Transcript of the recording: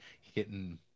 hitting